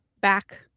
back